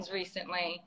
recently